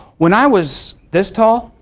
when i was this tall,